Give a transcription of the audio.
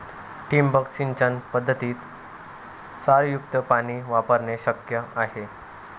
ठिबक सिंचन पद्धतीत क्षारयुक्त पाणी वापरणे शक्य आहे